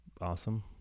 awesome